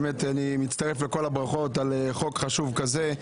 באמת אני מצטרף לכל הברכות על חוק חשוב כזה.